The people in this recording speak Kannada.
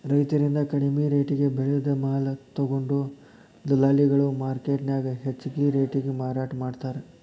ರೈತರಿಂದ ಕಡಿಮಿ ರೆಟೇಗೆ ಬೆಳೆದ ಮಾಲ ತೊಗೊಂಡು ದಲ್ಲಾಳಿಗಳು ಮಾರ್ಕೆಟ್ನ್ಯಾಗ ಹೆಚ್ಚಿಗಿ ರೇಟಿಗೆ ಮಾರಾಟ ಮಾಡ್ತಾರ